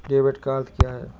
Debit का अर्थ क्या है?